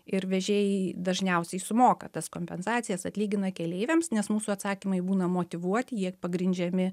ir vežėjai dažniausiai sumoka tas kompensacijas atlygina keleiviams nes mūsų atsakymai būna motyvuoti jie pagrindžiami